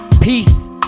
peace